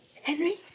Henry